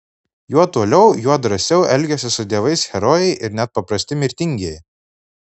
juo toliau juo drąsiau elgiasi su dievais herojai ir net paprasti mirtingieji